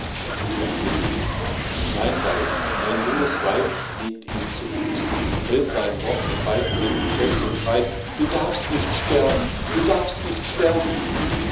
und was seh ich mein weib mein junges weib liegt ihm zu füßen hält seinen rock mit beiden händen fest und schreit du darfst nicht sterben du darfst nicht sterben